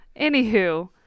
Anywho